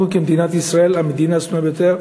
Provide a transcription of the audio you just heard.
אנחנו, מדינת ישראל, המדינה השנואה ביותר.